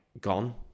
gone